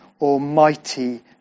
almighty